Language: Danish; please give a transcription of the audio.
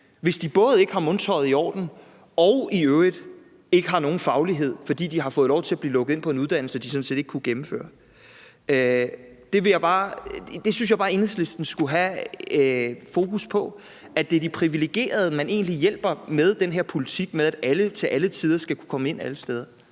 hvis de både ikke har mundtøjet i orden og i øvrigt ikke har nogen faglighed, fordi de har fået lov til at blive lukket ind på en uddannelse, de sådan set ikke kunne gennemføre. Jeg synes bare, at Enhedslisten skulle have fokus på, at det er de privilegerede, man egentlig hjælper med den her politik om, at alle til alle tider skal kunne komme ind alle steder.